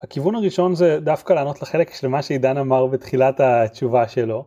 הכיוון הראשון זה דווקא לענות לחלק של מה שעידן אמר בתחילת התשובה שלו.